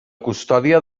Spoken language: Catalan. custòdia